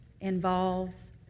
involves